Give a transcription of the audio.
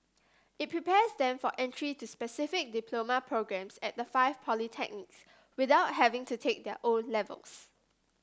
it prepares them for entry to specific diploma programmes at the five polytechnics without having to take their O levels